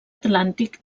atlàntic